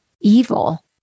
evil